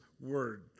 word